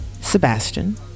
Sebastian